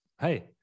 hey